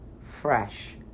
fresh